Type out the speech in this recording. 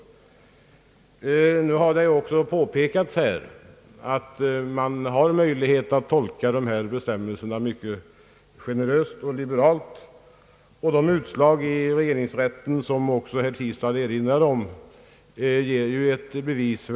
Det har också här påpekats att det finns en möjlighet att tolka dessa bestämmelser mycket generöst och liberalt. De regeringsrättsutslag som också herr Tistad erinrade om tyder ju på detta.